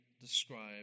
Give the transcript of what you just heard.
described